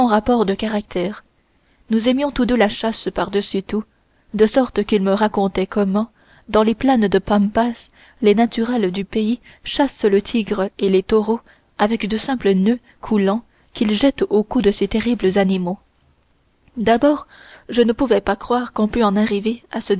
rapports de caractère nous aimions tous deux la chasse par-dessus tout de sorte qu'il me racontait comment dans les plaines de pampas les naturels du pays chassent le tigre et les taureaux avec de simples noeuds coulants qu'ils jettent au cou de ces terribles animaux d'abord je ne voulais pas croire qu'on pût en arriver à